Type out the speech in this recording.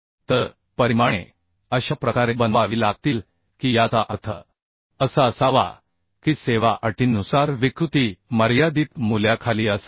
तर परिमाणे अशा प्रकारे बनवावी लागतील की याचा अर्थ असा असावा की सेवा अटींनुसार विकृती मर्यादित मूल्याखाली असावी